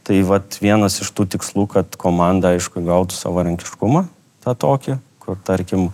tai vat vienas iš tų tikslų kad komanda aišku gautų savarankiškumą tokį kur tarkim